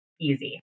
easy